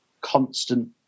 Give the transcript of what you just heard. constant